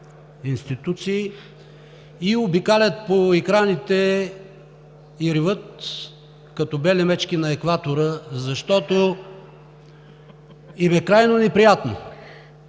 институции. Обикалят по екраните и реват като бели мечки на Екватора, защото им е крайно неприятно.